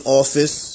office